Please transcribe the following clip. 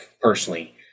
personally